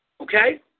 Okay